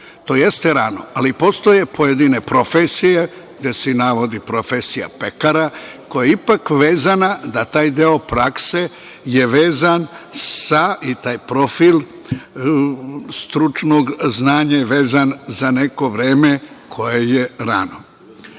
To jeste rano, ali postoje pojedine profesije, gde se i navodi profesija pekara, koja je ipak vezana, da taj deo prakse je vezan, i taj profil stručnog znanja je vezan za neko vreme koje je rano. Onda,